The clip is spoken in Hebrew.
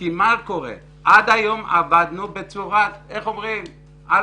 כי עד היום עבדנו על המזל,